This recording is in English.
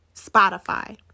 spotify